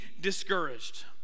discouraged